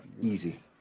easy